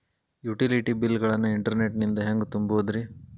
Utility bill ಗಳನ್ನ internet ನಿಂದ ಹೆಂಗ್ ತುಂಬೋದುರಿ?